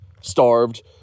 starved